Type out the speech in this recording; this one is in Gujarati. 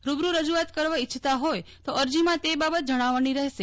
રૂબરૂ રજૂઆત કરવા ઇચ્છતા હોય તો અરજીમાં તે બાબત જણાવવાની રહેશે